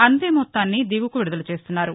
అంతే మొత్తాన్ని దిగువకు విడుదల చేస్తున్నారు